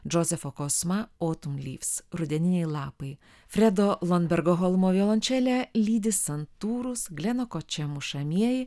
džozefo kosma otum lifs rudeniniai lapai fredo lombergo holmo violončelę lydi santūrūs gleno kočia mušamieji